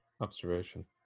observation